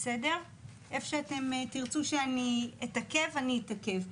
איפה שתרצו שאתעכב אני אתעכב.